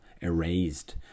erased